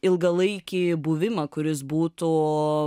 ilgalaikį buvimą kuris būtų